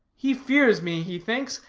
he fears me, he thinks.